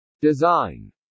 Design